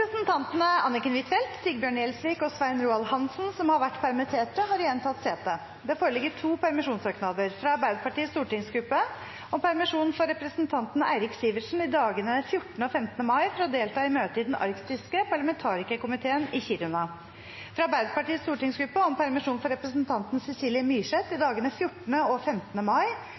Anniken Huitfeldt , Sigbjørn Gjelsvik og Svein Roald Hansen , som har vært permittert, har igjen tatt sete. Det foreligger to permisjonssøknader: fra Arbeiderpartiets stortingsgruppe om permisjon for representanten Eirik Sivertsen i dagene 14. og 15. mai for å delta i møte i Den arktiske parlamentarikerkomiteen i Kiruna fra Arbeiderpartiets stortingsgruppe om permisjon for representanten Cecilie Myrseth i dagene 14. og 15. mai